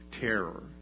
terror